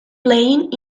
playing